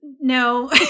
no